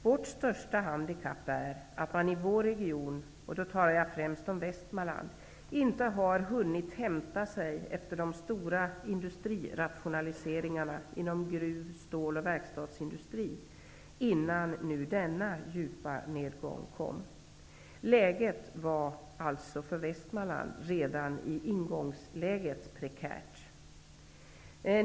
Vårt största handikapp är att man i vår region -- jag talar främst om Västmanland -- inte har hunnit hämta sig efter de stora industrirationaliseringarna inom gruv-, stål och verkstadsindustrin innan denna djupa nedgång kom. Läget var för Västmanland redan i ingångsläget prekärt.